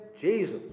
Jesus